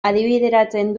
adibideratzen